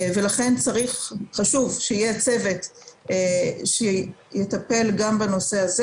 לכן חשוב שיהיה צוות שיטפל גם בנושא הזה